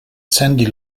sandy